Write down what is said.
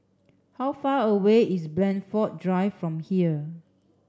how far away is Blandford Drive from here